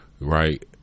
right